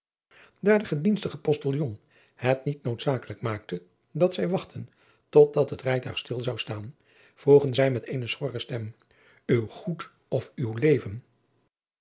aar de gedienstige ostiljon het niet noodzakelijk maakte dat zij wachtten tot dat het rijtuig stil zou staan vroegen zij met eene schorre stem uw goed of uw leven